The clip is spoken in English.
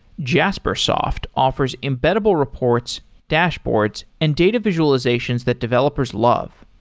jaspersoft offers embeddable reports, dashboards and data visualizations that developers love.